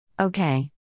Okay